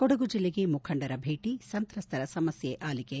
ಕೊಡುಗು ಜಿಲ್ಲೆಗೆ ಮುಖಂಡರ ಭೇಟಿ ಸಂತ್ರಸ್ತರ ಸಮಸ್ಥೆ ಆಲಿಕೆ